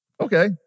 Okay